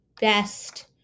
best